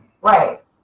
Right